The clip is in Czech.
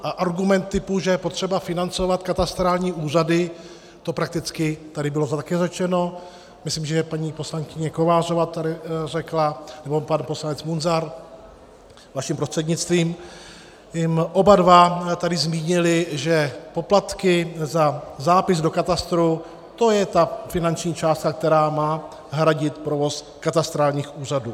A argument typu, že je potřeba financovat katastrální úřady, to prakticky tady bylo také řečeno, myslím, že paní poslankyně Kovářová to tady řekla, nebo pan poslanec Munzar vaším prostřednictvím, oba dva tady zmínili, že poplatky za zápis do katastru, to je ta finanční částka, která má hradit provoz katastrálních úřadů.